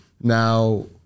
Now